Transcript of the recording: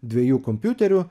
dviejų kompiuterių